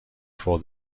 for